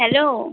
hello